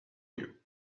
you